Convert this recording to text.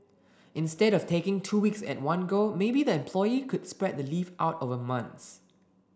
instead of taking two weeks at one go maybe the employee could spread the leave out over months